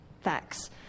facts